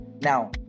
Now